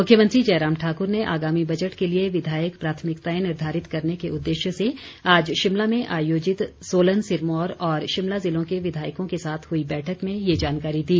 मुख्यमंत्री जयराम ठाकुर ने आगामी बजट के लिए विधायक प्राथमिकताएं निर्धारित करने के उदेश्य से आज शिमला में आयोजित सोलन सिरमौर और शिमला ज़िलों के विधायकों के साथ हुई बैठक में ये जानकारी दी